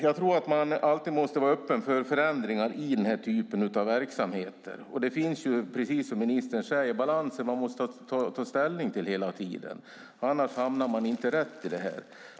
Man måste alltid vara öppen för förändringar i den här typen av verksamheter. Precis som ministern säger måste man hela tiden ta ställning till balansen. Annars hamnar man inte rätt.